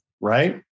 Right